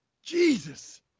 Jesus